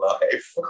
life